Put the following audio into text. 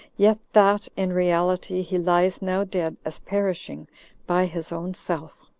yet that, in reality, he lies now dead as perishing by his own self.